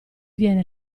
viene